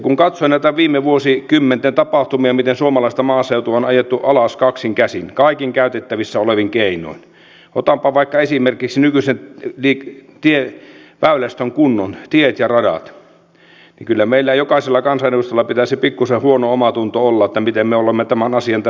kun katson näitä viime vuosikymmenten tapahtumia miten suomalaista maaseutua on ajettu alas kaksin käsin kaikin käytettävissä olevien keinoin otanpa vaikka esimerkiksi nykyisen väylästön kunnon tiet ja radat niin kyllä meillä jokaisella kansanedustajalla pitäisi pikkuisen huono omatunto olla siitä miten me olemme tämän asian tässä maassa hoitaneet